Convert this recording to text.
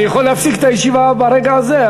אני יכול להפסיק את הישיבה ברגע הזה,